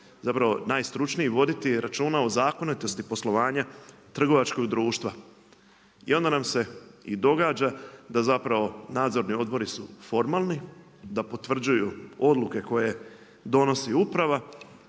najstručniji, voditi računa o zakonitosti poslovanja trgovačkog društva. I onda nam se i događa da zapravo nadzorni odbori su formalni da potvrđuju odluke koje donosi uprava,